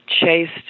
chased